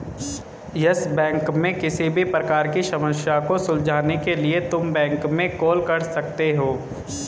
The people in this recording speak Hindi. यस बैंक में किसी भी प्रकार की समस्या को सुलझाने के लिए तुम बैंक में कॉल कर सकते हो